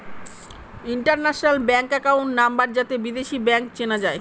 international bank account number যাতে বিদেশী bank চেনা যায়